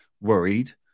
worried